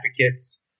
advocates